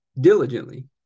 Diligently